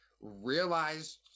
realized